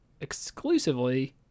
exclusively